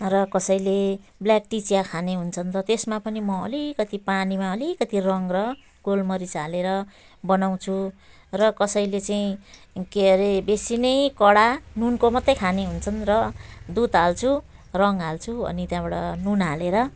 र कसैले black tea चिया खाने हुन्छन् र त्यसमा पनि म अलिकति पानीमा अलिकति रङ र गोलमरिच हालेर बनाउँछु र कसैले चाहिँ के अरे बेसी नै कडा नुनको मात्रै खाने हुन्छन् र दुध हाल्छु रङ हाल्छु अनि त्यहाँबाट नुन हालेर